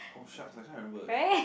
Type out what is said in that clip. oh sucks I can't remember eh